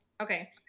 okay